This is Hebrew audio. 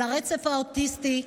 על הרצף האוטיסטי,